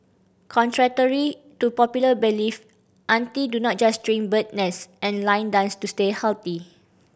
contrary to popular belief auntie do not just drink bird's nest and line dance to stay healthy